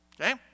okay